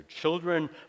Children